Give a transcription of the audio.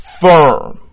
firm